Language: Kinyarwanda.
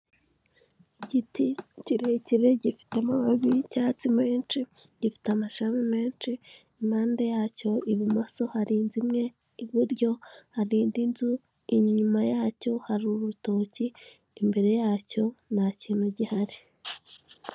Igiti kirekire gifite amababi y'icyatsi menshi, gifite amashami menshi, impande yacyo ibumoso hari inzu imwe, iburyo hari indi nzu, inyuma yacyo hari urutoki, imbere yacyo nta kintu gihari.